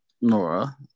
Nora